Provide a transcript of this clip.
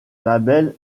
label